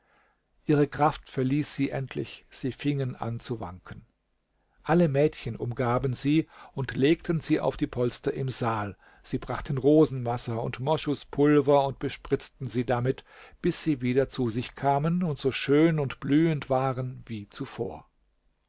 ihre kraft verließ sie endlich sie fingen an zu wanken alle mädchen umgaben sie und legten sie auf die polster im saal sie brachten rosenwasser und moschuspulver und bespritzten sie damit bis sie wieder zu sich kamen und so schön und blühend waren wie zuvor